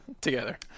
together